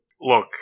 Look